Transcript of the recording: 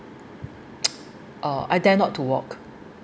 uh I dare not to walk